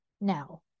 now